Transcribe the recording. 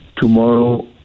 tomorrow